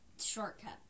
shortcut